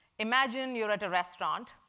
imagine you're at a restaurant,